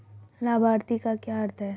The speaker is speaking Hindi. लाभार्थी का क्या अर्थ है?